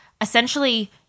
essentially